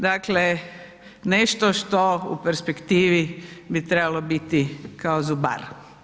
Dakle nešto što u perspektivi bi trebalo biti kao zubar.